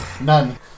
None